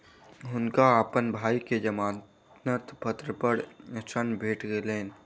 हुनका अपन भाई के जमानत पत्र पर ऋण भेट गेलैन